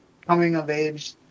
coming-of-age